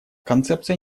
концепция